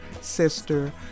sister